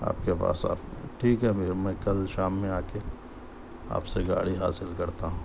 آپ کے پاس صاف ٹھیک ہے میں پھر کل شام میں آکے آپ سے گاڑی حاصل کرتا ہوں